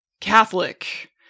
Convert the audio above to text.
Catholic